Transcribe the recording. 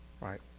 right